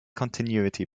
continuity